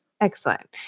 Excellent